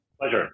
Pleasure